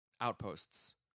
outposts